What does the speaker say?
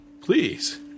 Please